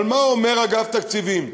אבל מה אומר אגף התקציבים?